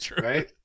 right